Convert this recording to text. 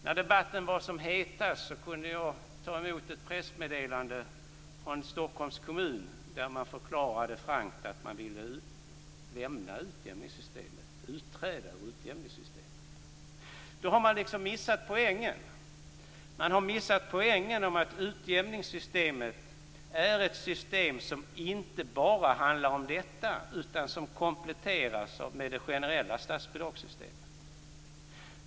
När debatten var som hetast kunde jag ta emot ett pressmeddelande från Stockholms kommun, där man frankt förklarade att man ville lämna utjämningssystemet - utträda ur det. Då har man missat poängen. Man har missat poängen att utjämningssystemet är ett system som inte bara handlar om detta, utan som kompletteras med det generella statsbidragssystemet.